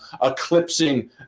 eclipsing